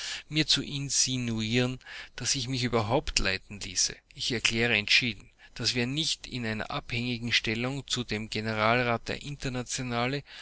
mir zu insinuieren daß ich mich überhaupt leiten ließe ich erkläre entschieden daß wir nicht in einer abhängigen stellung zu dem generalrat der internationale